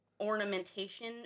ornamentation